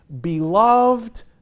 beloved